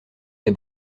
des